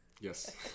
Yes